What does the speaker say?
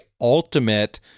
Ultimate